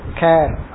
care